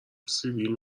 سیبیل